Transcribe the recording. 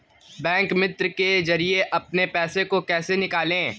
Bank मित्र के जरिए अपने पैसे को कैसे निकालें?